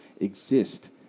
exist